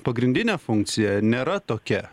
pagrindinė funkcija nėra tokia